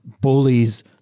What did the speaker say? bullies